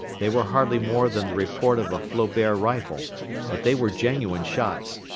they were hardly more than the report of a flobert rifle but they were genuine shots,